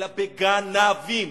אלא בג-נ-ב-ים